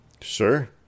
Sure